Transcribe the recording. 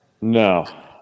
no